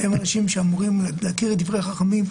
שניהם אנשים שאמורים להכיר את דברי החכמים: